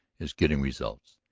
is getting results.